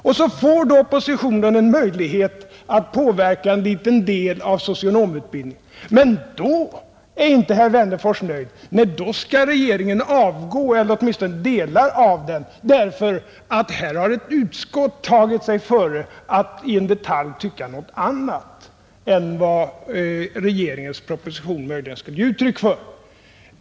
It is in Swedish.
Sedan får oppositionen möjlighet att påverka en liten del av socionomutbildningen, men då är inte herr Wennerfors nöjd, utan då skall regeringen — eller åtminstone delar av den — avgå därför att ett utskott tagit sig före att i en detalj ha en annan uppfattning än den regeringens proposition gett uttryck för.